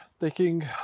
taking